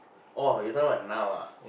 oh you talking about now ah